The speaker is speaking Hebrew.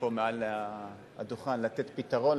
לא יכול מעל הדוכן לתת פתרון,